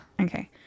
Okay